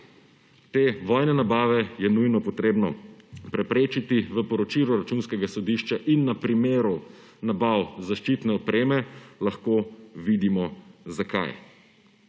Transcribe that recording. Te vojne nabave je nujno treba preprečiti. V poročilu Računskega sodišča in na primeru nabav zaščitne opreme lahko vidimo zakaj.